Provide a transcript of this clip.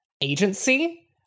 agency